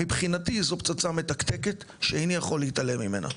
מבחינתי זו פצצה מתקתקת שאיני יכול להתעלם ממנה.